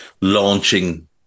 launching